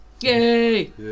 yay